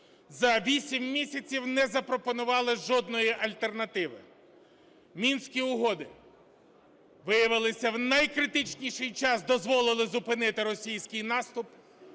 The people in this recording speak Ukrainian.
за 8 місяців не запропонували жодної альтернативи. Мінські угоди виявилися в найкритичніший час, дозволили зупинити російський наступ.